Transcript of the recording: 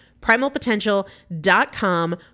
Primalpotential.com